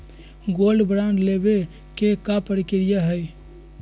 Gold bond लेवे के का प्रक्रिया हई?